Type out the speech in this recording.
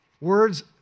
Words